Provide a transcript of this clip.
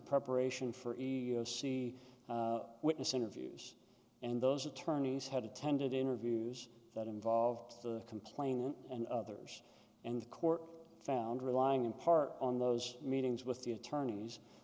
preparation for the c witness interviews and those attorneys had attended interviews that involved the complainant and others and the court found relying in part on those meetings with the attorneys